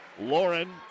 Lauren